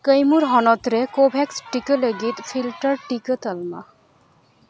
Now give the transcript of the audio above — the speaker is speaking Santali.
ᱠᱟᱹᱭᱢᱩᱨ ᱦᱚᱱᱚᱛ ᱨᱮ ᱠᱳᱵᱷᱮᱠᱥ ᱴᱤᱠᱟᱹ ᱞᱟᱹᱜᱤᱫ ᱯᱷᱤᱞᱴᱟᱨ ᱴᱤᱠᱟᱹ ᱛᱟᱞᱢᱟ